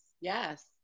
yes